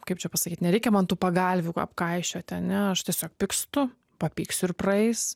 kaip čia pasakyt nereikia man tų pagalvių apkaišiot ane aš tiesiog pykstu papyksiu ir praeis